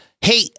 Hey